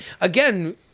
again